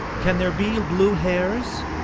can there be blue hares?